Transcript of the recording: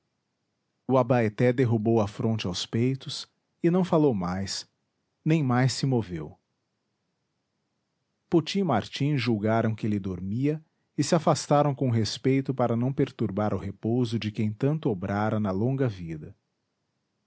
o abaeté derrubou a fronte aos peitos e não falou mais nem mais se moveu poti e martim julgaram que ele dormia e se afastaram com respeito para não perturbar o repouso de quem tanto obrara na longa vida